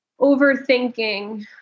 overthinking